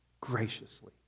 graciously